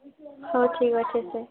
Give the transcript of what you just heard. ହଉ ଠିକ୍ ଅଛି